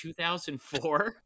2004